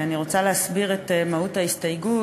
אני רוצה להסביר את מהות ההסתייגות.